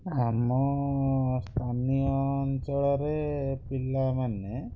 ଆମ ସ୍ଥାନୀୟ ଅଞ୍ଚଳରେ ପିଲାମାନେ